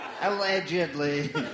Allegedly